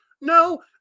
No